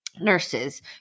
nurses